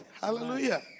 Hallelujah